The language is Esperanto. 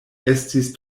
estis